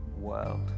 world